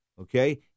Okay